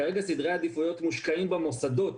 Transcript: כרגע סדרי העדיפויות מושקעים במוסדות,